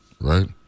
right